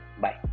bye